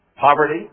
poverty